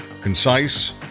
concise